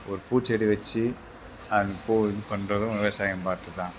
ஒரு பூச்செடி வெச்சு அந்த பூவை இது பண்ணுறதும் விவசாயம் பார்த்து தான்